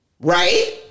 Right